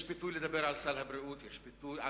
יש פיתוי לדבר על סל הבריאות המדולדל,